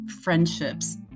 friendships